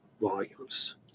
volumes